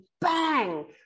bang